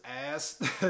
ass